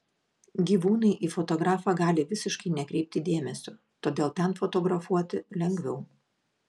gyvūnai į fotografą gali visiškai nekreipti dėmesio todėl ten fotografuoti lengviau